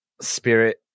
spirit